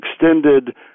extended